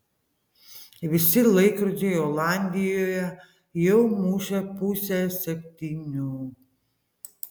visi laikrodžiai olandijoje jau mušė pusę septynių